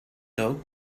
though